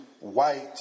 white